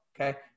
Okay